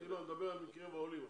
אני מדבר על בקרב העולים עכשיו.